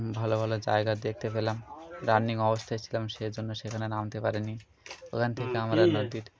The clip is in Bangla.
ভালো ভালো জায়গা দেখতে পেলাম রানিং অবস্থায় ছিলাম সে জন্য সেখানে নামতে পারিনি ওখান থেকে আমরা নদীর